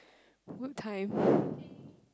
good time